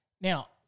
Now